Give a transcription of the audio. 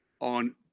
on